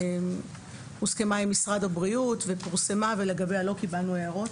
היא הוסכמה עם משרד הבריאות ופורסמה ולגביה לא קיבלנו הערות.